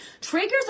Triggers